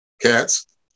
cats